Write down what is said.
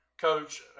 coach